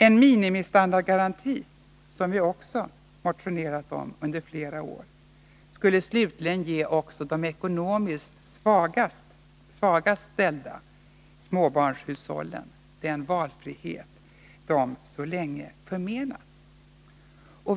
En minimistandardsgaranti, som vi också motionerat om under flera år, skulle slutligen ge också de ekonomiskt svagaste småbarnshushållen den valfrihet de så länge förmenats.